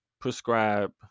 prescribe